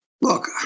Look